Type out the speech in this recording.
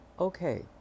Okay